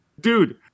Dude